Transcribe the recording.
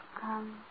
come